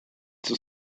zur